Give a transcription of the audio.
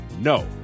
no